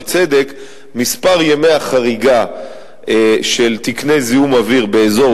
ובצדק: מספר ימי החריגה של תקני זיהום אוויר באזור